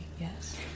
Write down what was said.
yes